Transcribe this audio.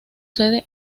sede